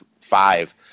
five